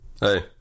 Hey